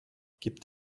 gibt